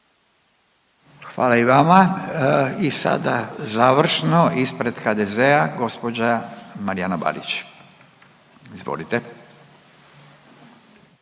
Hvala i vama. I sada završno ispred HDZ-a gospođa Marijana Balić, izvolite.